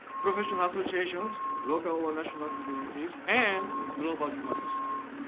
professional associations, local ah national communities and global human society.